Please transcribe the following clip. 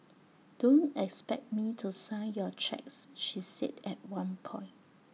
don't expect me to sign your cheques she said at one point